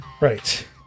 Right